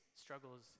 struggles